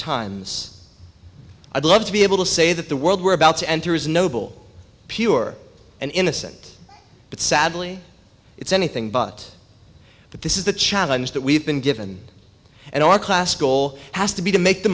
times i'd love to be able to say that the world we're about to enter is noble pure and innocent but sadly it's anything but but this is the challenge that we've been given and our class goal has to be to make the